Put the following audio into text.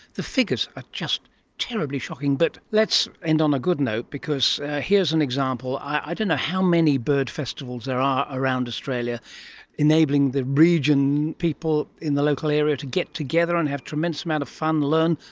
the figures are just terribly shocking. but let's end on a good note, because here's an example, i don't know how many bird festivals there are around australia enabling the region, people in the local area, to get together and have a tremendous amount of fun, learn,